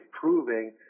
proving